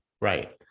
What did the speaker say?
Right